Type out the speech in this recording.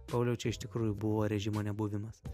pauliau čia iš tikrųjų buvo režimo nebuvimas